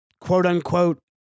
quote-unquote